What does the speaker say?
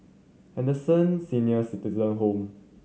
Henderson Senior Citizen Home